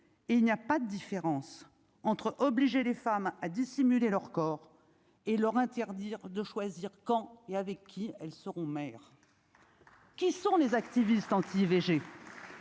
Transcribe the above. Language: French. et il n'y a pas de différence entre obliger les femmes à dissimuler leur. Encore et leur interdire de choisir quand et avec qui elles seront. Qui sont les activistes anti-IVG.